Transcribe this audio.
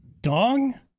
dong